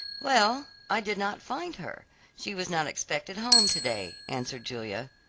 well i did not find her she was not expected home to-day, answered julia.